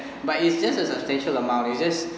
but it's just a substantial amount it just